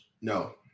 No